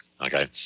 Okay